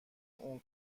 اون